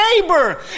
neighbor